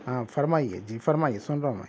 ہاں فرمائیے جی فرمائیے سُن رہا ہوں میں